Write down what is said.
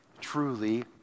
truly